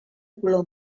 color